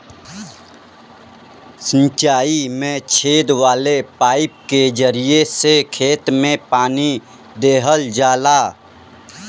सिंचाई में छेद वाला पाईप के जरिया से खेत में पानी देहल जाला